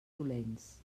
dolents